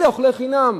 אלה אוכלי חינם,